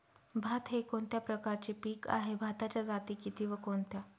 भात हे कोणत्या प्रकारचे पीक आहे? भाताच्या जाती किती व कोणत्या?